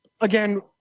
again